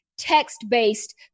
text-based